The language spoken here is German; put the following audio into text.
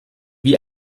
wie